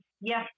yes